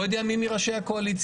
אני לא יודע מי מראשי הקואליציה,